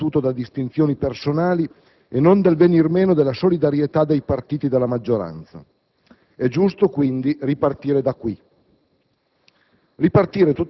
il Governo è stato battuto da distinzioni personali e non dal venir meno della solidarietà dei partiti della maggioranza. È giusto, quindi, ripartire da qui,